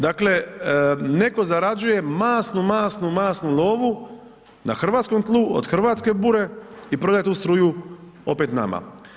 Dakle neko zarađuje masnu, masnu, masnu lovu na hrvatskom tlu, od hrvatske bure i prodaje tu struju opet nama.